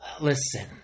Listen